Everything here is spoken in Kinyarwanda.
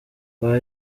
kwa